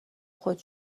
خود